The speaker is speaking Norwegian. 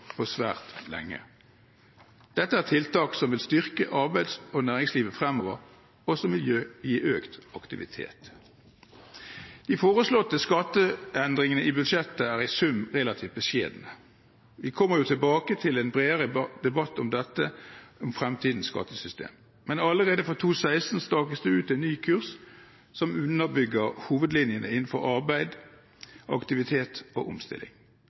på svært lenge. Dette er tiltak som vil styrke arbeids- og næringslivet fremover og som vil gi økt aktivitet. De foreslåtte skatteendringene i budsjettet er i sum relativt beskjedne. Vi kommer tilbake til en bredere debatt om dette når det gjelder fremtidens skattesystem. Men allerede for 2016 stakes det ut en ny kurs som underbygger hovedlinjene innenfor arbeid, aktivitet og omstilling.